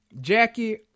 Jackie